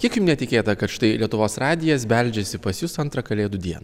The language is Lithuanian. kiek jum netikėta kad štai lietuvos radijas beldžiasi pas jus antrą kalėdų dieną